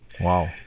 Wow